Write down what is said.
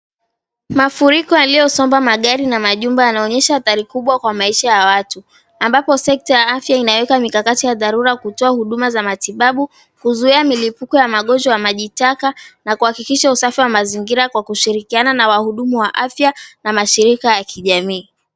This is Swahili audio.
Mafuriko yaliyosomba magari na majumba yanaonyesha hatari kubwa kwa maisha ya watu. Ambapo sekta ya afya inaweka mikakati ya dharura kutoa huduma za matibabu, kuzuia milipuko ya magonjwa ya maji taka na kuhakikisha usafi wa mazingira kwa kushirikiana na wahudumu wa afya na mashirika ya kijamii.